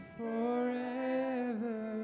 forever